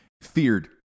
Feared